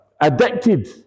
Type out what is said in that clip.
addicted